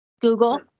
Google